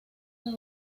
las